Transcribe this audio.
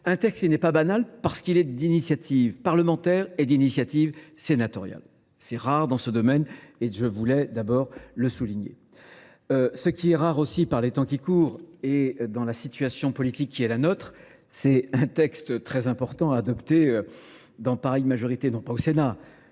un texte n'est pas banal parce qu'il est d'initiative parlementaire et d'initiative sénatoriale. C'est rare dans ce domaine et je voulais d'abord le souligner. Ce qui est rare aussi par les temps qui courent et dans la situation politique qui est la nôtre, c'est un texte très important à adopter dans Paris majorité, non pas au Sénat,